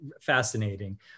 fascinating